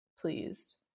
pleased